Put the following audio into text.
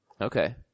Okay